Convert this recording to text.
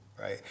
right